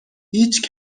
هیچ